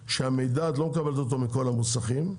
שאת לא מקבלת את המידע מכל המוסכים,